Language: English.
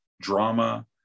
Drama